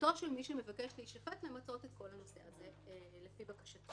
שזכותו של מי שמבקש להישפט היא למצות את כל הנושא הזה לפי בקשתו.